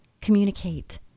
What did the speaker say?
communicate